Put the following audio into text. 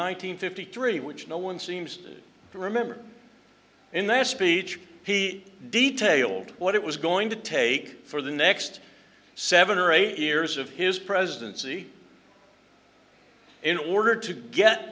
hundred fifty three which no one seems to remember in that speech he detailed what it was going to take for the next seven or eight years of his presidency in order to get